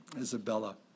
Isabella